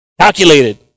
calculated